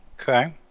Okay